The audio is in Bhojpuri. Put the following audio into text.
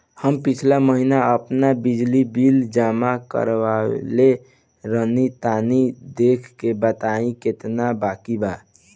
हम पिछला महीना आपन बिजली बिल जमा करवले रनि तनि देखऽ के बताईं केतना बाकि बा?